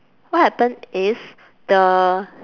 what happen is the